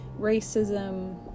racism